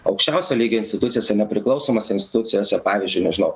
aukščiausio lygio institucijose nepriklausomose institucijose pavyzdžiui nežinau